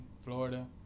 Florida